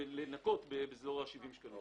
לנקות זה בסביבות ה-70 שקלים.